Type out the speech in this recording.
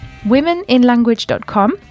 womeninlanguage.com